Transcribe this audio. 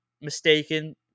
mistaken